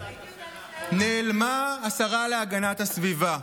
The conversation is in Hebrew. נעלמה השרה להגנת הסביבה.